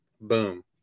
boom